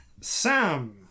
Sam